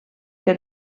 que